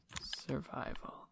Survival